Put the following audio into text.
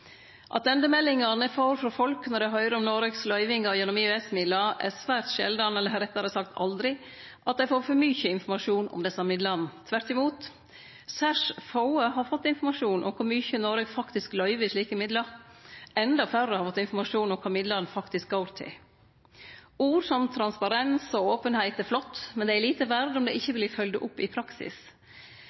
om den nye finansieringsordninga for EØS-midlar, er det nettopp denne. Attendemeldingane eg får frå folk når dei høyrer om Noregs løyvingar gjennom EØS-midlar, er svært sjeldan, rettare sagt aldri, at dei får for mykje informasjon om desse midlane. Tvert imot, særs få har fått informasjon om kor mykje Noreg faktisk løyver i slike midlar. Enda færre har fått informasjon om kva midlane faktisk går til. Ord som transparens og openheit er flott, men dei er lite verde om dei ikkje vert følgde opp i praksis.